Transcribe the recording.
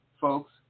folks